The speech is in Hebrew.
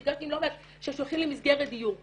נפגשתי עם לא מעט ששולחים למסגרת דיור,